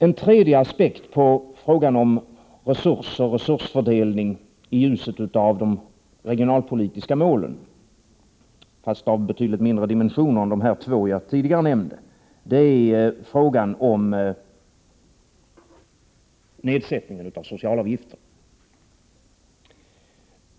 En tredje aspekt på frågan om resurser och resursfördelning i ljuset av de regionalpolitiska målen fast av betydligt mindre dimensioner än de två jag tidigare nämnde, är frågan om nedsättningen av socialavgifter.